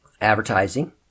advertising